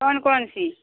कौन कौन सी